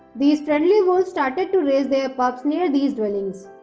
these friendly wolves started to raise their pups near these dwellings.